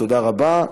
תודה רבה.